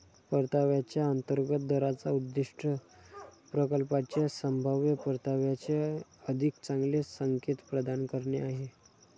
परताव्याच्या अंतर्गत दराचा उद्देश प्रकल्पाच्या संभाव्य परताव्याचे अधिक चांगले संकेत प्रदान करणे आहे